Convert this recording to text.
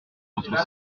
entre